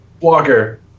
walker